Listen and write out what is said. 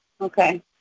Okay